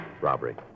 Robbery